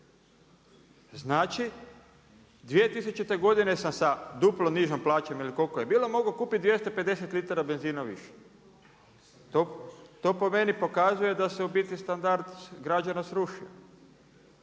Znači, 2000. sam sa duplo nižom plaćom ili koliko je bila, mogao kupiti 250 litara benzina više. To po meni pokazuje da se u biti standard građana srušio.